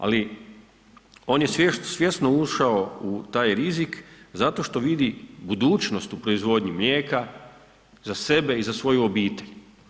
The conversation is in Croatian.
Ali oni je svjesno ušao u taj rizik zato što vidi budućnost u proizvodnji mlijeka za sebe i za svoju obitelj.